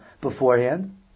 beforehand